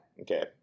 Okay